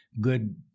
good